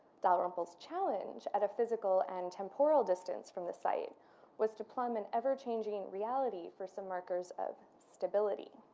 dalrymple's challenge at a physical and temporal distance from the site was to plumb an ever-changing reality for some markers of stability.